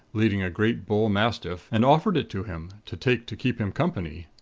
leading a great bullmastiff, and offered it to him, to take to keep him company.